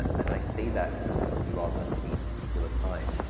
and i say that specifically rather than a particular time,